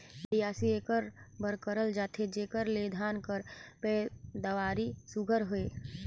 बियासी एकर बर करल जाथे जेकर ले धान कर पएदावारी सुग्घर होए